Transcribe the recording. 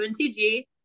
UNCG